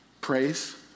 praise